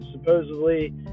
supposedly